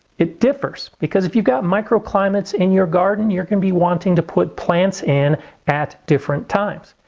it differs because if you've got microclimates in your garden you're gonna be wanting to put plants in at different times.